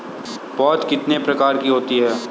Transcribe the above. पौध कितने प्रकार की होती हैं?